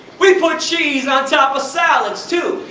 we put cheese on top of salads, too.